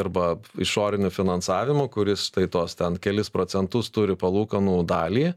arba išoriniu finansavimu kuris štai tuos ten kelis procentus turi palūkanų dalį